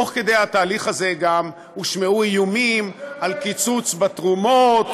תוך כדי התהליך הזה גם הושמעו איומים על קיצוץ בתרומות,